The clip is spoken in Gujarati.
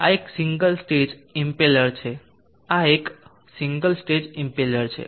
આ એક સિંગલ સ્ટેજ ઇમ્પેલર છે આ એક સિંગલ સ્ટેજ ઇમ્પેલર છે